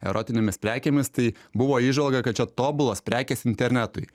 erotinėmis prekėmis tai buvo įžvalga kad čia tobulos prekės internetui